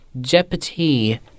Jeopardy